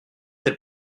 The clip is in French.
tel